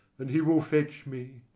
and he will fetch me.